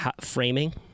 framing